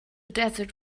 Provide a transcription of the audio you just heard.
desert